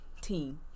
team